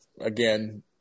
again